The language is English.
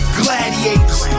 gladiators